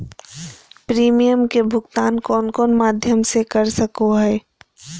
Premium के भुक्तान कौन कौन माध्यम से कर सको है?